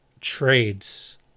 trades